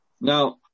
Now